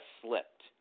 slipped